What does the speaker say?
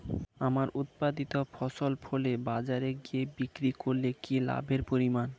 আমার উৎপাদিত ফসল ফলে বাজারে গিয়ে বিক্রি করলে কি লাভের পরিমাণ?